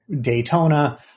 Daytona